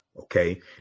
okay